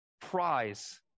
prize